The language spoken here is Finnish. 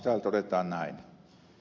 täällä todetaan näin